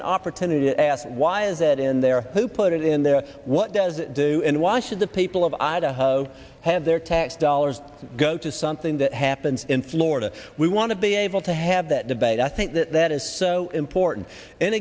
an opportunity to ask why is it in there who put it in there what does it do and why should the people of idaho have their tax dollars go to something that happens in florida we want to be able to have that debate i think that that is so important and